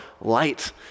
light